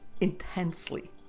intensely